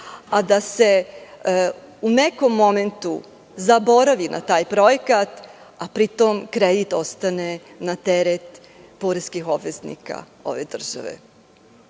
a da se u nekom momentu zaboravi na taj projekat, a pri tom kredit ostane na teret poreskih obveznika ove države. Kada